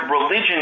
religion